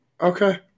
Okay